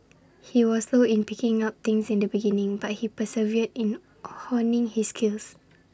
he was slow in picking things up at the beginning but he persevered in honing his skills